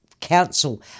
council